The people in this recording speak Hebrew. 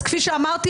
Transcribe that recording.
אז כפי שאמרתי,